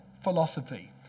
philosophy